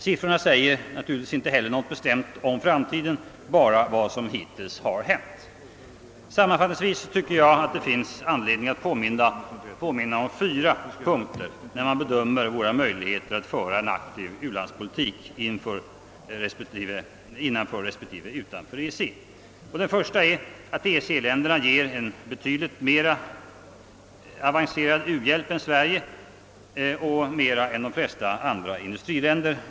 Siffrorna säger naturligtvis inte heller något bestämt om framtiden, bara vad som hittills har hänt. Sammanfattningsvis tycker jag att det finns anledning påminna om fyra punkter, när man bedömer våra möjligheter att föra en aktiv u-landspolitik innanför respektive utanför EEC. 1. EEC-länderna ger en betydligt mera avancerad u-hjälp än Sverige och mer än de flesta andra industriländer.